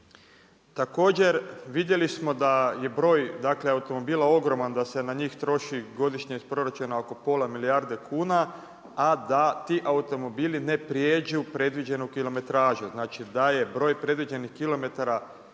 Također, vidjeli smo da je broj automobila ogroman, da se na njih troši godišnje iz proračuna, oko pola milijarde kuna, a da ti automobili ne prijeđu predviđenu kilometražu. Znači da je broj predviđenih kilometra